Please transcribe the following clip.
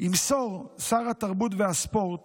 ימסור שר התרבות והספורט